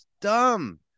Dumb